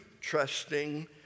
trusting